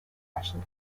russian